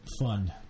fun